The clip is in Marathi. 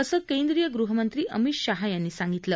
असं केंद्रीय गृहमंत्री अमित शाह यांनी सांगितलं